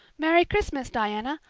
merry christmas, diana!